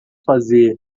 fazer